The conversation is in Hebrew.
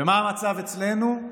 ומה המצב אצלנו?